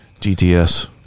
GTS